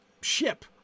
ship